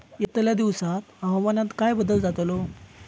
यतल्या दिवसात हवामानात काय बदल जातलो?